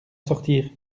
sortir